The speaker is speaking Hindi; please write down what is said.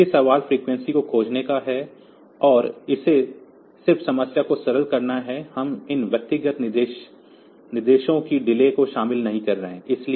इसलिए सवाल फ्रीक्वेंसी को खोजने का है और इसे सिर्फ समस्या को सरल करना है हम इन व्यक्तिगत निर्देशों की डिले को शामिल नहीं करते हैं